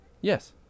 Yes